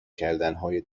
کردنهای